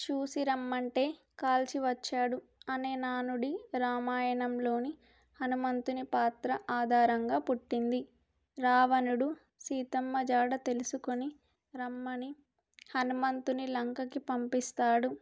చూసి రమ్మంటే కాల్చి వచ్చాడు అనే నానుడి రామాయణంలో హనుమంతుని పాత్ర ఆధారంగా పుట్టింది రావణుడు సీతమ్మ జాడ తెలుసుకొని రమ్మని హనుమంతుని లంకకి పంపిస్తాడు